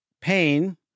pain